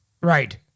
Right